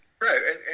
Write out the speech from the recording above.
Right